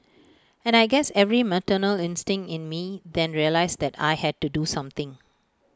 and I guess every maternal instinct in me then realised that I had to do something